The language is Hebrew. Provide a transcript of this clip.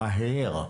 מהר,